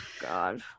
God